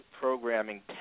programming